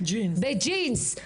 בג'ינס.